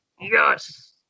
Yes